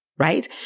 Right